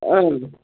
अँ